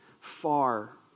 far